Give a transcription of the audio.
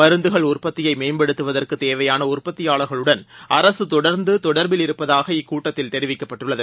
மருந்துகள் உற்பத்தியை மேம்படுத்துவதற்கு உற்பத்தியாளர்களுடன் அரசு தொடர்ந்து தொடர்பில் இருப்பதாக இக்கூட்டத்தில் தெரிவிக்கப்பட்டது